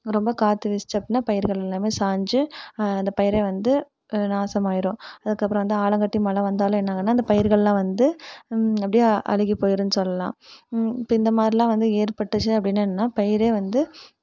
ரொம்ப காற்று வீசுச்சு அப்படின்னா பயிர்கள் எல்லாமே சாஞ்சு அந்த பயிரே வந்து நாசமாயிடும் அதுக்கப்புறம் வந்து ஆலங்கட்டி மழை வந்தாலும் என்ன ஆகும்னா அந்த பயிர்கள்லாம் வந்து அப்படியே அழுகி போயிடும்னு சொல்லலாம் இப்போ இந்தமாதிரிலாம் வந்து ஏற்பட்டுச்சு அப்படின்னா என்னென்னா பயிரே வந்து